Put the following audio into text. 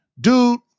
Dude